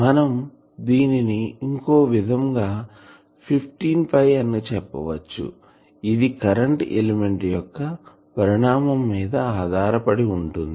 మనం దీనిని ఇంకో విధంగా 15 అని చెప్పచ్చు ఇది కరెంటు ఎలిమెంట్ యొక్కపరిణామము మీద ఆధారపడి ఉంటుంది